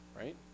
right